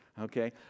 okay